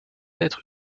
être